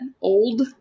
old